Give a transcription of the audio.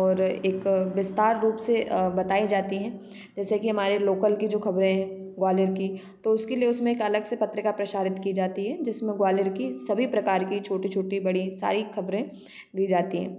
और एक विस्तार रूप से बताए जाती हैं जैसे कि हमारे लॉकल की जो खबरें हैं ग्वालियर की तो उसके लिए उसमें एक अलग से पत्रिका प्रसारित की जाती है जिसमें ग्वालियर की सभी प्रकार की छोटी छोटी बड़ी सारी खबरें दी जाती हैं